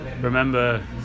remember